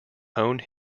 hone